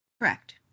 correct